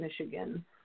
Michigan